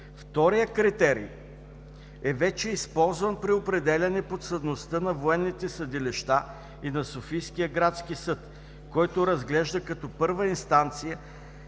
Вторият критерий, е вече използван при определяне подсъдността на военните съдилища и на Софийския градски съд, който разглежда като първа инстанция